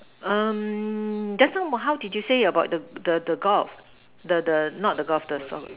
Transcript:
um just now how did you say about the the golf not the golf the the soccer